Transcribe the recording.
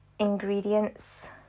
ingredients